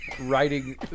writing